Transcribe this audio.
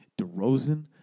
DeRozan